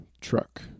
truck